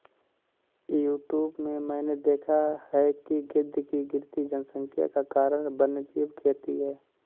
YouTube में मैंने देखा है कि गिद्ध की गिरती जनसंख्या का कारण वन्यजीव खेती है